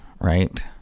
right